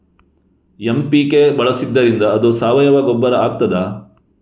MPK ಬಳಸಿದ್ದರಿಂದ ಅದು ಸಾವಯವ ಗೊಬ್ಬರ ಆಗ್ತದ?